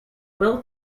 will